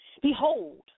Behold